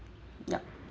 yup